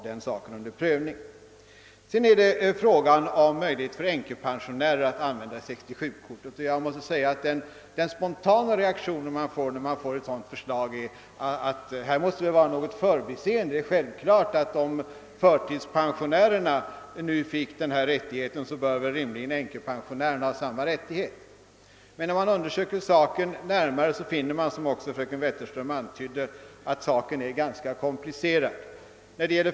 Min spontana reaktion på förslaget att änkepensionärer skall få använda 67 kortet var att det här måste röra sig om något förbiseende. Ty det tycks så självklart att om förtidspensionärerna nu fick den här rättigheten så borde rimligen änkepensionärerna också få den. Men när man undersöker saken närmare finner man — som fröken Wetterström också antydde — att problemet är ganska komplicerat.